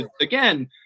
again